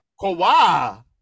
Kawhi